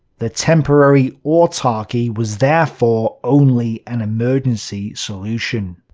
the temporary autarky was therefore only an emergency solution.